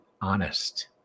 honest